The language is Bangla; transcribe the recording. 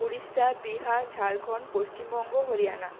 উড়িষ্যা বিহার ঝাড়খন্ড পশ্চিমবঙ্গ হরিয়ানা